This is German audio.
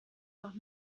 noch